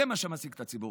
זה מה שמעסיק את הציבור.